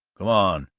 come on!